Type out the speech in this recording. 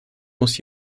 muss